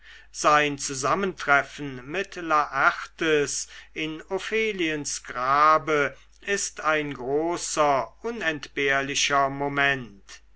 sein zusammentreffen mit laertes in opheliens grabe ist ein großer unentbehrlicher moment